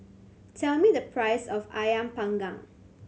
tell me the price of Ayam Panggang